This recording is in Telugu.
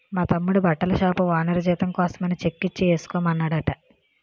మా తమ్ముడి బట్టల షాపు ఓనరు జీతం కోసమని చెక్కిచ్చి ఏసుకోమన్నాడట